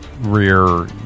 rear